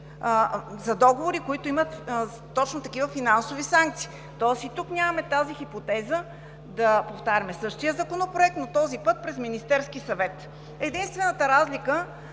за договори, които имат точно такива финансови санкции. Тоест и тук нямаме тази хипотеза да повтаряме същия законопроект, но този път през Министерския съвет. Единствената разлика